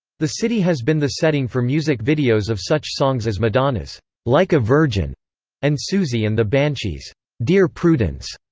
the city has been the setting for music videos of such songs as madonna's like a virgin and siouxsie and the banshees' dear prudence.